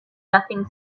nothing